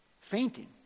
Fainting